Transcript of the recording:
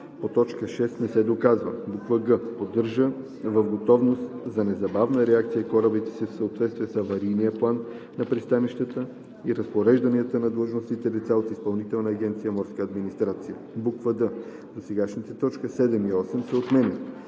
по т. 6 не се доказва; г) поддържа в готовност за незабавна реакция корабите си в съответствие с аварийния план на пристанището и разпорежданията на длъжностните лица от Изпълнителна агенция „Морска администрация“;“ д) досегашните т. 7 и 8 се отменят.